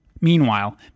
Meanwhile